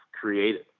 created